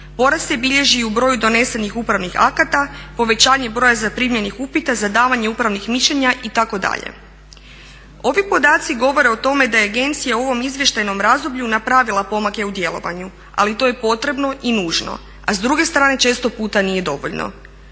Porast se bilježi i u broju donesenih upravnih akata, povećanje broja zaprimljenih upita za davanje upravnih mišljenja itd. Ovi podaci govore o tome da je agencija u ovom izvještajnom razdoblju napravila pomake u djelovanju, ali to je potrebno i nužno, a s druge strane često puta nije dovoljno